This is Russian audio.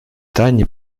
тане